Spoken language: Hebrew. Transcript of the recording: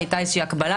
היתה איזושהי הקבלה,